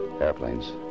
Airplanes